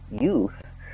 youth